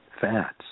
fats